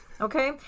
Okay